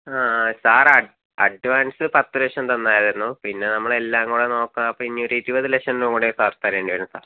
sir ad advance പത്ത് ലക്ഷം തന്നിരുന്നു പിന്നെ നമ്മൾ എല്ലാം കൂടെ നോക്ക അപ്പം ഇനി ഒരു ഇരുപത് ലക്ഷം രൂപ കൂടെ സാർ തരേണ്ടി വരും സാർ